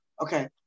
Okay